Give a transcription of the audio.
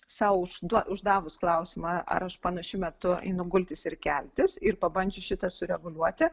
sau užduoti uždavus klausimą ar aš panašiu metu einu gultis ir keltis ir pabandžius šitą sureguliuoti